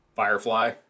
Firefly